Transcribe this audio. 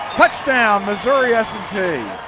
touchdown missouri s and t.